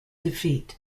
defeat